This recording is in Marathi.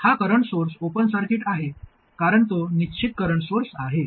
हा करंट सोर्स ओपन सर्किट आहे कारण तो निश्चित करंट सोर्स आहे